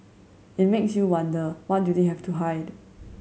it makes you wonder what do they have to hide